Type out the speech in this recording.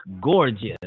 gorgeous